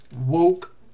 woke